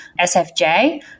SFJ